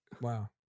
Wow